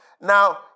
Now